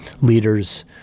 leaders